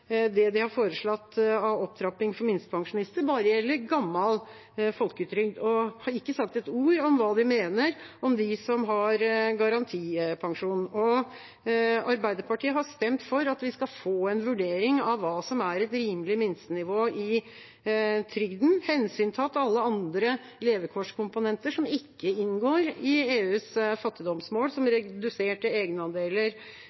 det de har foreslått av opptrapping for minstepensjonister, bare gjelder gammel folketrygd. De har ikke sagt ett ord om hva de mener om dem som har garantipensjon. Arbeiderpartiet har stemt for at vi skal få en vurdering av hva som er et rimelig minstenivå i trygden, hensyntatt alle andre levekårskomponenter som ikke inngår i EUs fattigdomsmål, som